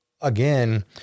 again